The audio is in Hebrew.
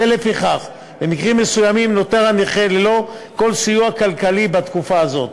ולפיכך במקרים מסוימים נותר הנכה ללא כל סיוע כלכלי בתקופה הזאת.